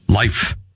Life